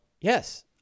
yes